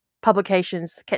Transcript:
publications